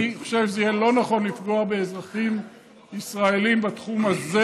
אני חושב שזה יהיה לא נכון לפגוע באזרחים ישראלים בתחום הזה